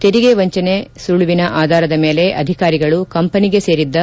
ತೆರಿಗೆ ವಂಚನೆ ಸುಳುವಿನ ಆಧಾರದ ಮೇಲೆ ಅಧಿಕಾರಿಗಳು ಕಂಪನಿಗೆ ಸೇರಿದ್ದ